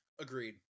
Agreed